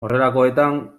horrelakoetan